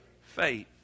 faith